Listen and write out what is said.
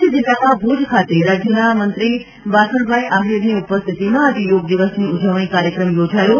કચ્છ જિલ્લામાં ભૂજ ખાતે રાજ્યના મંત્રી વાસણભાઈ આહિરની ઉપસ્થિતોમાં આજે યોગ દિવસની ઉજવણી કાર્યક્રમ યોજાયો